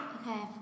okay